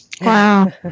Wow